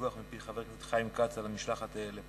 דיווח מפי חבר הכנסת חיים כץ על המשלחת לפולין,